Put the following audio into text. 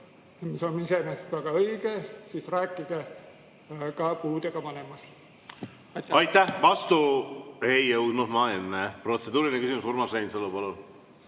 mis on iseenesest väga õige, siis rääkige ka puudega vanemast. Aitäh! Vastu ... Ei jõudnud ma enne. Protseduuriline küsimus, Urmas Reinsalu, palun!